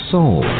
Soul